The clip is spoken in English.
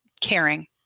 caring